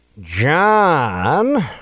John